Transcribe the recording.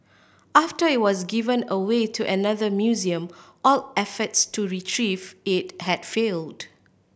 after it was given away to another museum all efforts to retrieve it had failed